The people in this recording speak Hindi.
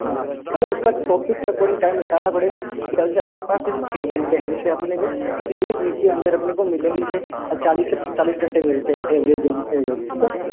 हाँ मतलब उसका टॉपिक के अकॉर्डिंग टाइम निकालना पड़ेगा ना जैसे अपने पास छ घंटे हैं जैसे अपने को एक वीक के अंदर जैसे को मिलेंगे चालीस से चालीस घंटे मिलते हैं एवरीडे एवरेज